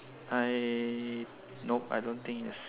I nope I don't think it's